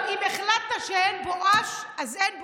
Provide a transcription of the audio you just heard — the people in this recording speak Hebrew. אם החלטת שאין בואש, אז אין בואש,